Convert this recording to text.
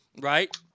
Right